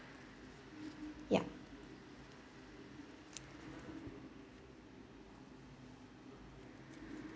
yup